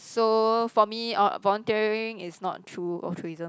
so for me uh volunteering is not true altruism